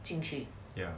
进去